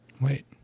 Wait